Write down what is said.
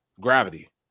gravity